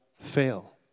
fail